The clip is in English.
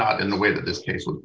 not in the way that this case wi